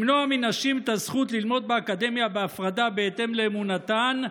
למנוע מנשים את הזכות ללמוד באקדמיה בהפרדה בהתאם לאמונתן,